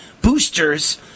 boosters